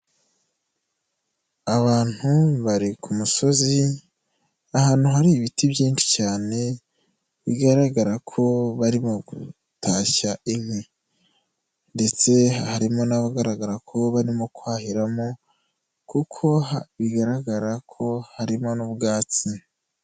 Abantu bari ku musozi ahantu hari ibiti byinshi cyane, bigaragara ko barimo gutashya inkwi ndetse harimo n'abagaragara ko barimo kwahiramo kuko bigaragara ko harimo n'ubwatsi.